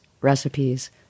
recipes